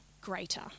greater